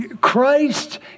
Christ